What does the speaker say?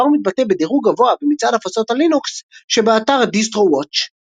והדבר מתבטא בדירוג גבוה במצעד הפצות הלינוקס שבאתר DistroWatch.